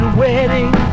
wedding